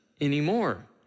anymore